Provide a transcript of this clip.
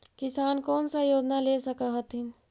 किसान कोन सा योजना ले स कथीन?